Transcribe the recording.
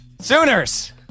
Sooners